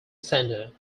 center